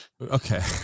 Okay